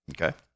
Okay